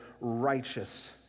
righteous